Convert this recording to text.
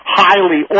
highly